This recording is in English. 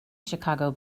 chicago